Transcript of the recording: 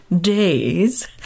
days